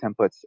templates